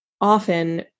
often